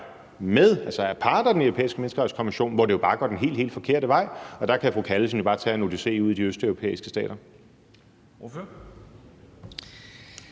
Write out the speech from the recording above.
med og er parter i Den Europæiske Menneskerettighedskonvention, hvor det bare går den helt, helt forkerte vej. Og der kan fru Anne Sophie Callesen jo bare tage en odyssé ude i de østeuropæiske stater.